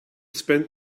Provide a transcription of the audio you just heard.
spend